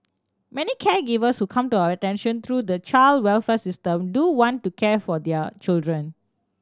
many caregivers who come to our attention through the child welfare system do want to care for their children